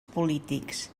polítics